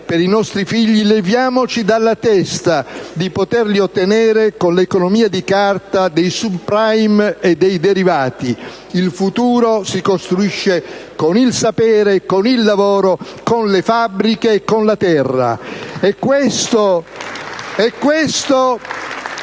per i nostri figli, leviamoci dalla testa di poterli ottenere con l'economia di carta dei *subprime* e dei derivati. Il futuro si costruisce con il sapere, con il lavoro, con le fabbriche e con la terra. *(Applausi